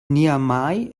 niamey